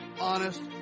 honest